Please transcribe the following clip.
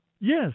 Yes